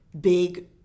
big